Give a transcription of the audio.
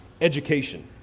education